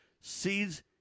seeds